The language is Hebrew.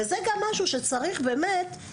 וזה גם משהו שצריך באמת,